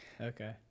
Okay